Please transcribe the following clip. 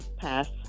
Pass